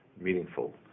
meaningful